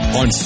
on